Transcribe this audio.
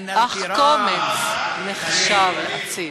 אך קומץ נחשב אציל".